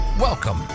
Welcome